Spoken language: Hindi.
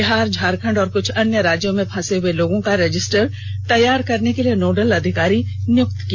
बिहार झारखंड और क्छ अन्य राज्यों ने फंसे हुए लोगों का रजिस्टर तैयार करने के लिए नोडल अधिकारी नियुक्त कर दिए हैं